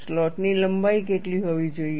સ્લોટની લંબાઈ કેટલી હોવી જોઈએ